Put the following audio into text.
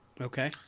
Okay